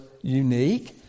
unique